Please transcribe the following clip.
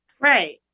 Right